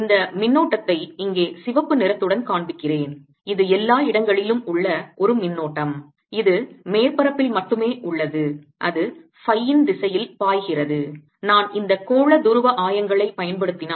இந்த மின்னோட்டத்தை இங்கே சிவப்பு நிறத்துடன் காண்பிக்கிறேன் இது எல்லா இடங்களிலும் உள்ள ஒரு மின்னோட்டம் இது மேற்பரப்பில் மட்டுமே உள்ளது அது phi ன் திசையில் பாய்கிறது நான் இந்த கோள துருவ ஆயங்களை பயன்படுத்தினால்